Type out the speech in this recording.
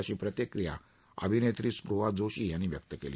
अशी प्रतिक्रिया अभिनेत्री स्पुहा जोशी यांनी व्यक्त केली